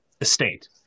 estate